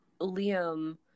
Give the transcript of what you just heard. Liam